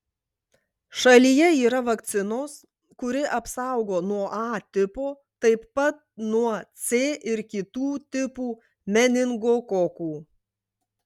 šalyje yra vakcinos kuri apsaugo nuo a tipo taip pat nuo c ir kitų tipų meningokokų